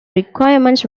requirements